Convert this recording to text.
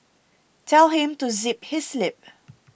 tell him to zip his lip